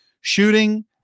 Shooting